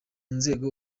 nzego